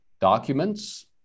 documents